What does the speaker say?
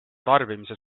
tarbimise